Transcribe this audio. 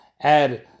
add